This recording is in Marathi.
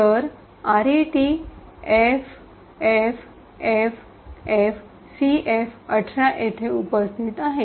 तर आरईटी एफएफएफएफसीएफ१८ येथे उपस्थित आहे